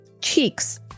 Cheeks